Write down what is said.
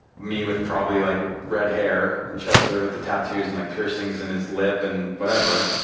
me with probably like red hair and chester with the tattoos and like piercings in his lip and whatever.